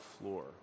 floor